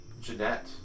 Jeanette